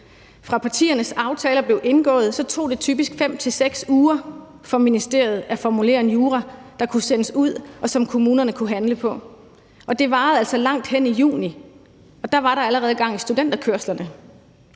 Fra partiernes aftaler blev indgået, tog det typisk 5-6 uger for ministeriet at formulere en jura, der kunne sendes ud, og som kommunerne kunne handle på. Det varede altså langt hen i juni, og der var der allerede gang i studenterkørslerne.